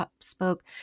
spoke